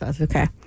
Okay